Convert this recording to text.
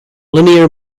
linear